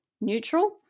neutral